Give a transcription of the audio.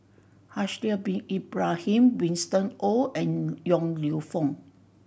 Haslir Bin Ibrahim Winston Oh and Yong Lew Foong